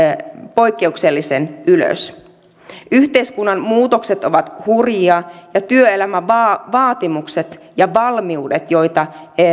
poikkeuksellisen ylös yhteiskunnan muutokset ovat hurjia ja työelämän vaatimukset ja valmiudet joita